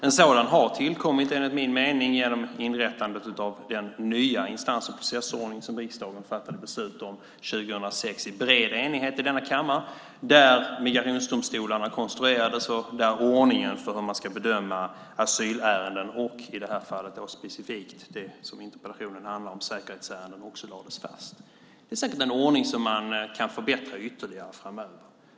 En sådan har, enligt min mening, tillkommit genom inrättandet av den nya instans och processordning som riksdagen fattade beslut om i bred enighet i denna kammare där migrationsdomstolarna konstruerades och där ordningen för hur man ska bedöma asylärenden och, i detta fall specifikt det interpellationen handlade om, säkerhetsärenden också lades fast. Det är säkert en ordning som man kan förbättra ytterligare framöver.